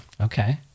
okay